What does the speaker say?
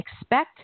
Expect